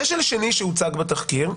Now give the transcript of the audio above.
כשל שני שהוצג בתחקיר,